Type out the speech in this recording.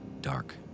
dark